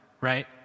right